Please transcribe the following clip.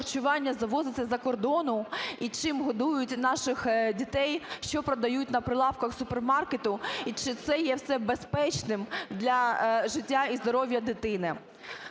завозиться з-за кордону і чим годують наших дітей, що продають на прилавках супермаркету, і чи це є все безпечним для життя і здоров'я дитини.